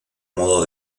modo